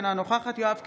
אינה נוכחת יואב קיש,